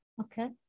Okay